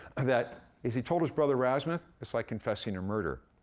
that, as he told his brother erasmus, it's like confessing a murder.